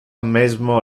mesmo